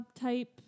type